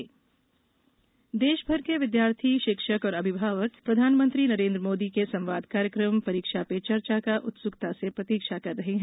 परीक्षा चर्चा देशभर के विद्यार्थी शिक्षक और अभिभावक प्रधानमंत्री नरेन्द्र मोदी के संवाद कार्यक्रम परीक्षा पे चर्चा का उत्सुकता से प्रतीक्षा कर रहे हैं